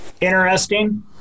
Interesting